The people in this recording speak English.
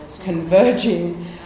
converging